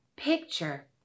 Picture